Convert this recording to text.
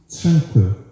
tranquil